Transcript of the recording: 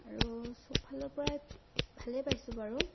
আৰু চব ফালৰ পৰাই ভালেই পাইছোঁ বাৰু